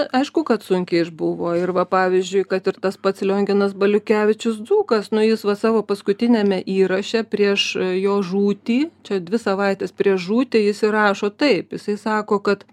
aišku kad sunkiai išbuvo ir va pavyzdžiui kad ir tas pats lionginas baliukevičius dzūkas nu jis va savo paskutiniame įraše prieš jo žūtį čia dvi savaites prieš žūtį jis ir rašo taip jisai sako kad